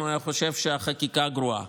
אם הוא היה חושב שהחקיקה גרועה.